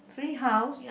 free house